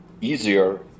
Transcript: easier